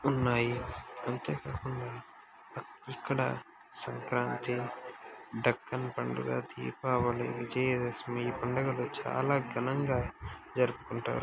ఉన్నాయి అంతేకాకుండా ఇక్కడ సంక్రాంతి డక్కన్ పండుగ దీపావళి విజయదశమి పండగలు చాలా ఘనంగా జరుపుకుంటారు